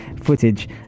footage